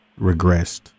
regressed